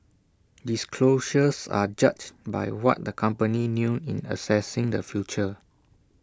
disclosures are judged by what the company knew in assessing the future